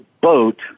boat